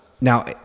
Now